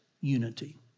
unity